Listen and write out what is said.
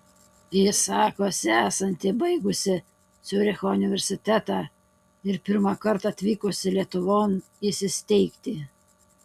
ji sakosi esanti baigusi ciuricho universitetą ir pirmąkart atvykusi lietuvon įsisteigti